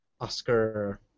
Oscar